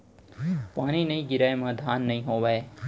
पानी नइ गिरय म धान नइ होवय